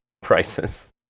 prices